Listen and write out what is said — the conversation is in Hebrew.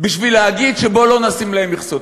בשביל להגיד: בואו לא נשים להם מכסות?